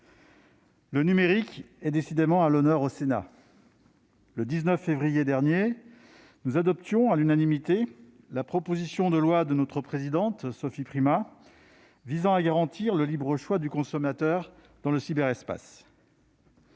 le numérique est décidément à l'honneur au Sénat : le 19 février dernier, nous adoptions à l'unanimité la proposition de loi de notre présidente Sophie Primas visant à garantir le libre choix du consommateur dans le cyberespace-